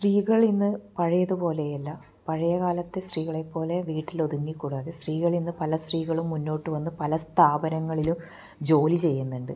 സ്ത്രീകൾ ഇന്ന് പഴയതുപോലെയല്ല പഴയ കാലത്ത് സ്ത്രീകളെ പോലെ വീട്ടിൽ ഒതുങ്ങി കൂടാതെ സ്ത്രീകളിന്ന് പല സ്ത്രീകളും മുന്നോട്ടുവന്ന് പല സ്ഥാപനങ്ങളിലും ജോലി ചെയ്യുന്നുണ്ട്